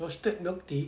roasted milk tea